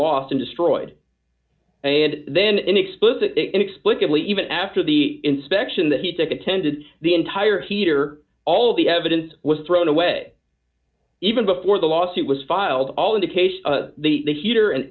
lost and destroyed and then explicit inexplicably even after the inspection that he took attended the entire heater all the evidence was thrown away even before the lawsuit was filed all of the case the meter and